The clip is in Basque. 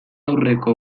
aurreko